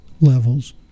levels